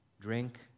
Drink